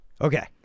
Okay